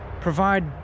provide